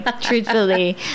truthfully